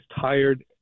tired